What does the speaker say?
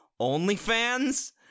OnlyFans